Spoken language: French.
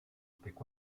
étaient